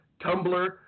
Tumblr